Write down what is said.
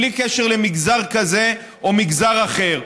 בלי קשר למגזר כזה או מגזר אחר.